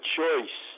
choice